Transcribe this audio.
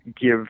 give